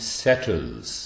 settles